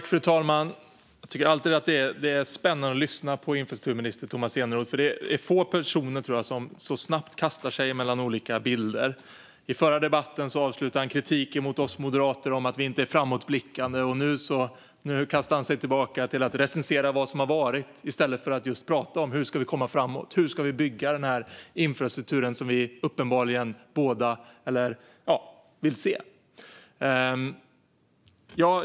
Fru talman! Det är alltid spännande att lyssna på infrastrukturminister Tomas Eneroth. Det är få personer som så snabbt kastar sig mellan olika bilder. I den förra debatten avslutade han kritiken mot oss moderater med att vi inte är framåtblickande. Nu kastar han sig tillbaka och recenserar vad som har varit i stället för att just prata om hur vi ska komma framåt och hur vi ska bygga den infrastruktur som vi båda uppenbarligen vill se.